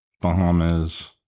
Bahamas